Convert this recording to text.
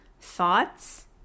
thoughts